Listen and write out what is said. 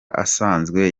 asanzwe